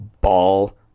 Ball